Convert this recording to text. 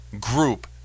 group